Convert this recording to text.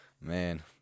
Man